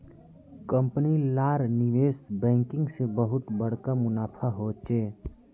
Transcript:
company लार निवेश banking से बहुत बड़का मुनाफा होचे